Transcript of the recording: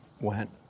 went